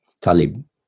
Talib